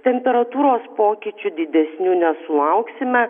temperatūros pokyčių didesnių nesulauksime